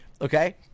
Okay